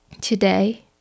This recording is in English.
today